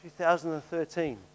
2013